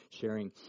sharing